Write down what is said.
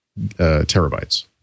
terabytes